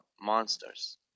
monsters